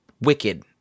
wicked